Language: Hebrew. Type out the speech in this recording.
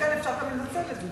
ולכן אפשר גם לנצל את זה,